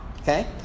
Okay